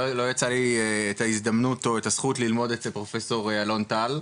לא יצא לי את ההזדמנות או את הזכות ללמוד אצל פרופסור אלון טל,